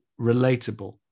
relatable